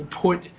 put